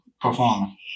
performing